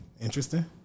interesting